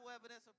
evidence